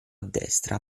destra